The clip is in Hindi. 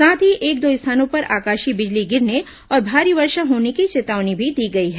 साथ ही एक दो स्थानों पर आकाशीय बिजली गिरने और भारी वर्षा होने की चेतावनी भी दी गई है